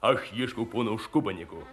aš ieškau pono škubanėko